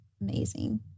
amazing